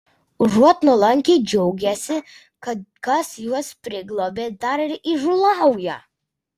užuot nuolankiai džiaugęsi kad kas juos priglobė dar ir įžūlauja